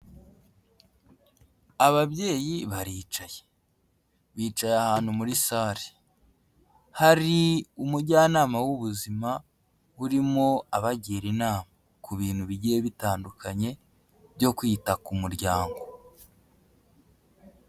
Ababyeyi baricaye, bicaye ahantu muri sare, hari umujyanama w'ubuzima urimo abagira inama ku bintu bigiye bitandukanye byo kwita ku muryango.